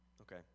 Okay